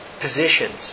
positions